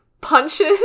punches